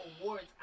awards